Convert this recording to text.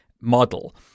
model